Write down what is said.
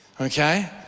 Okay